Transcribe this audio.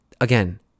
again